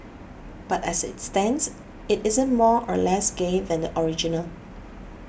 but as it stands it isn't more or less gay than the original